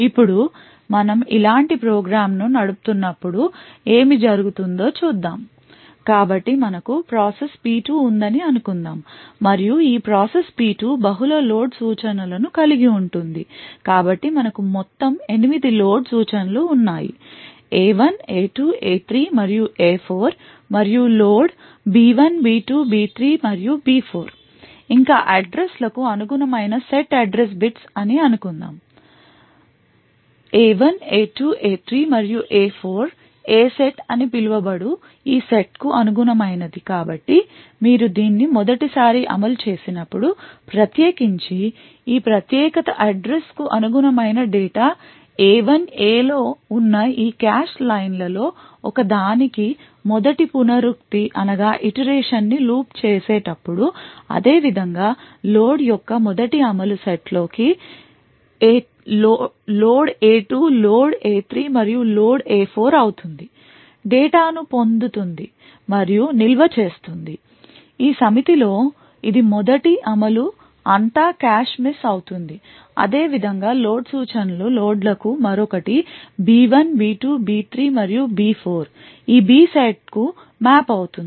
ఇప్పుడు మనం ఇలాంటి ప్రోగ్రామ్ను నడుపుతున్నప్పుడు ఏమి జరుగుతుందో చూద్దాం కాబట్టి మనకు ప్రాసెస్ P2 ఉందని అనుకుందాం మరియు ఈ ప్రాసెస్ P2 బహుళ లోడ్ సూచనల ను కలిగి ఉంటుంది కాబట్టి మనకు మొత్తం ఎనిమిది లోడ్ సూచన లు ఉన్నాయి A1 A2 A3 మరియు A4 మరియు లోడ్ B1 B2 B3 మరియు B4 ఇంకా అడ్రస్ల కు అనుగుణమైన సెట్ అడ్రస్ bits అని అనుకుందాం A1 A2 A3 మరియు A4 A సెట్ అని పిలువబడు ఈ సెట్కు అనుగుణమైనది కాబట్టి మీరు దీన్ని మొదటి సారి అమలు చేసినప్పుడు ప్రత్యేకించి ఈ ప్రత్యేకత అడ్రస్ కు అనుగుణమైన డేటా A1 A లో ఉన్న ఈ కాష్ లైన్లలో ఒకదానికి మొదటి పునరుక్తిని లూప్ చేసేటప్పుడు అదేవిధంగా లోడ్ యొక్క మొదటి అమలు సెట్లో కి లోడ్ A2 లోడ్ A3 మరియు లోడ్ A4 అవుతుంది డేటాను పొందుతుంది మరియు నిల్వ చేస్తుంది ఈ సమితి లో ఇది మొదటి అమలు అంతా కాష్ మిస్ అవుతుంది అదేవిధంగా లోడ్ సూచనల లోడ్ల కు మరొకటి B1 B2 B3మరియు B4 ఈ బి సెట్కు మ్యాప్ అవుతుంది